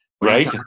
Right